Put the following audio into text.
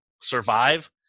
survive